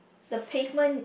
the pavement